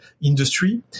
industry